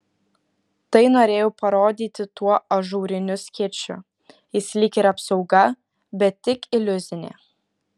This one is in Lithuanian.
tai norėjau parodyti tuo ažūriniu skėčiu jis lyg ir apsauga bet tik iliuzinė